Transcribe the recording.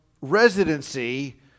residency